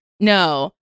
No